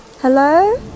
Hello